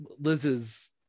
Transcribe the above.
Liz's